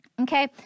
Okay